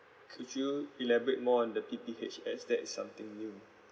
could you elaborate more on the P_P_H_S that's something new